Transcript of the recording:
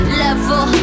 level